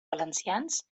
valencians